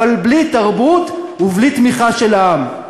אבל בלי תרבות ובלי תמיכה של העם.